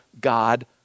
God